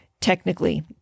technically